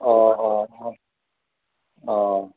অঁ অঁ অঁ অঁ